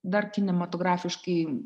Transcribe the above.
dar kinematografiškai